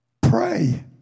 pray